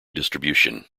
distribution